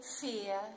fear